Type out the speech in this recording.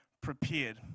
prepared